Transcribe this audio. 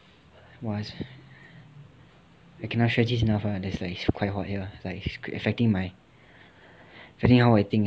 !wah! it's I cannot stress this enough that it's like it's quite hot here it's like affecting my affecting how I think eh